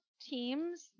teams